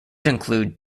include